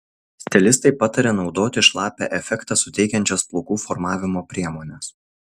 stilistai pataria naudoti šlapią efektą suteikiančias plaukų formavimo priemones